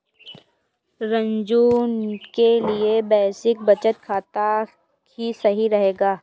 रंजू के लिए बेसिक बचत खाता ही सही रहेगा